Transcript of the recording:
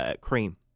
cream